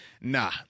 nah